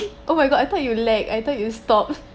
oh my god I thought you lag I thought you stopped